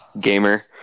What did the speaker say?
gamer